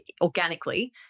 organically